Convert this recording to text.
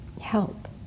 help